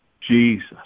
Jesus